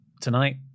Tonight